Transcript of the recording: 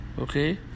Okay